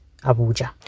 Abuja